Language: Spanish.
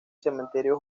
cementerio